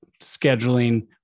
scheduling